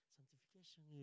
Sanctification